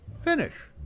finish